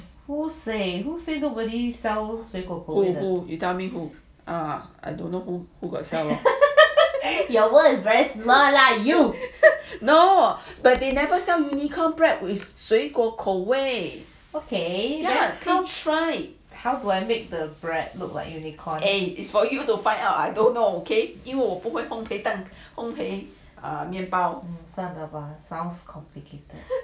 do you tell me who err I don't know who who got sell you know but they never sell unicorn bread with 水果口味 eh is for you to find out I don't know okay 因为我不会烘赔面包算了吧 sounds complicated